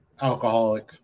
alcoholic